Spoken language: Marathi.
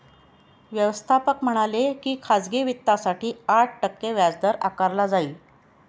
व्यवस्थापक म्हणाले की खाजगी वित्तासाठी आठ टक्के व्याजदर आकारला जाईल